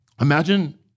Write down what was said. Imagine